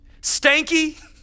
stanky